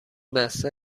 بسته